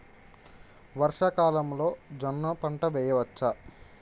వర్షాకాలంలో జోన్న పంటను వేయవచ్చా?